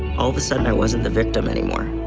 all of the sudden, i wasn't the victim anymore.